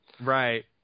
Right